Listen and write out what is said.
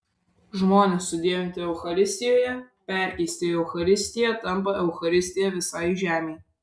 žmonės sudievinti eucharistijoje perkeisti į eucharistiją tampa eucharistija visai žemei